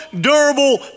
durable